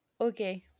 Okay